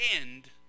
end